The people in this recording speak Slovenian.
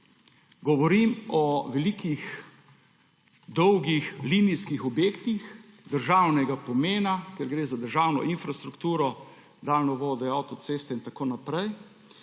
Govorim o velikih, dolgih linijskih objektih državnega pomena, ker gre za državno infrastrukturo, daljnovode, avtoceste in tako naprej,